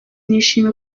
nishimiye